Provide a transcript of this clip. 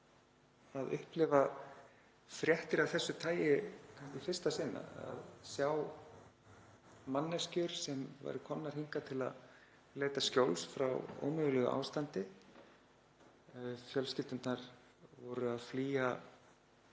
að upplifa fréttir af þessu tagi í fyrsta sinn, að sjá manneskjur sem væru komnar hingað til að leita skjóls frá ómögulegu ástandi. Fjölskyldurnar voru fyrst að flýja